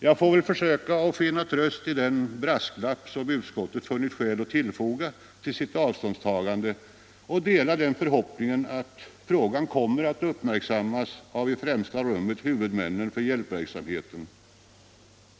Jag får väl försöka finna tröst i den brasklapp som utskottet har tillfogat sitt avståndstagande och delar förhoppningen att frågan kommer att uppmärksammas av i främsta rummet huvudmännen för hjälpmedelsverksamheten.